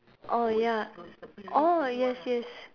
orh ya orh yes yes